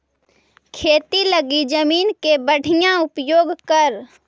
खेती लगी जमीन के बढ़ियां उपयोग करऽ